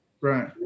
Right